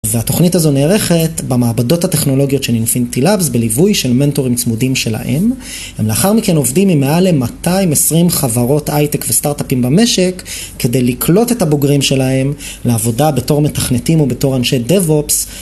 והתוכנית הזו נערכת במעבדות הטכנולוגיות של Infinity Labs, בליווי של מנטורים צמודים שלהם. הם לאחר מכן עובדים עם מעל ל220 חברות הייטק וסטארט-אפים במשק כדי לקלוט את הבוגרים שלהם לעבודה בתור מתכנתים ובתור אנשי דאב-אופס.